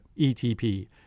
ETP